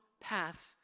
paths